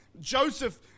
Joseph